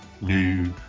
new